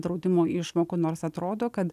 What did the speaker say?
draudimo išmokų nors atrodo kad